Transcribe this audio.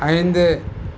ஐந்து